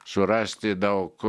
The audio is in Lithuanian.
surasti daug